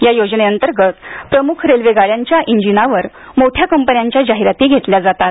या योजनेअंतर्गत प्रमुख रेल्वे गाड्यांच्या इंजिनावर मोठ्या कंपन्यांच्या जाहिराती घेतल्या जातात